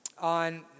on